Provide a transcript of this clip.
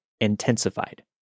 intensified